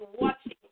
watching